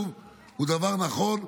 הוא דבר נכון.